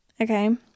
okay